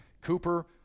Cooper